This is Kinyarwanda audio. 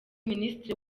minisitiri